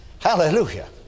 Hallelujah